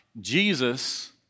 Jesus